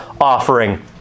offering